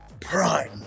Prime